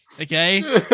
okay